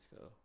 go